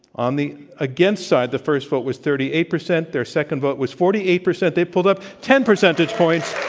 on the against side, the first vote was thirty eight percent. their second vote was forty eight percent. they pulled up ten percentage points.